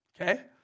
okay